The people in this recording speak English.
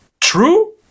true